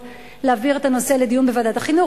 להעביר את הנושא לדיון בוועדת החינוך,